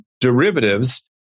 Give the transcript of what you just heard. derivatives